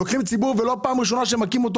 לוקחים ציבור ולא פעם ראשונה שמכים אותו